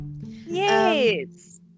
Yes